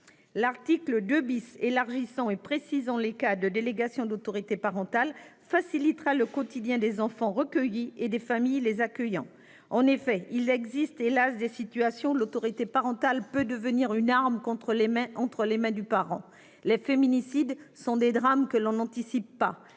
L'article 2 élargit et précise les cas de délégation de l'autorité parentale. Il facilitera le quotidien des enfants recueillis et des familles les accueillant. Il existe en effet, hélas, des situations dans lesquelles l'autorité parentale peut devenir une arme entre les mains du parent. Les féminicides sont des drames que l'on n'anticipe pas.